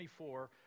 24